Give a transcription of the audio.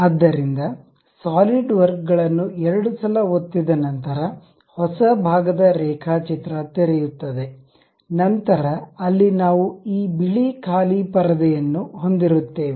ಆದ್ದರಿಂದ ಸಾಲಿಡ್ವರ್ಕ್ ಗಳನ್ನು ಎರಡು ಸಲ ಒತ್ತಿದ ನಂತರ ಹೊಸ ಭಾಗದ ರೇಖಾಚಿತ್ರ ತೆರೆಯುತ್ತದೆ ನಂತರ ಅಲ್ಲಿ ನಾವು ಈ ಬಿಳಿ ಖಾಲಿ ಪರದೆಯನ್ನು ಹೊಂದಿರುತ್ತೇವೆ